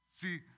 See